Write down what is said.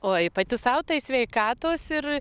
oi pati sau tai sveikatos ir